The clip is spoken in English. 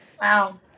Wow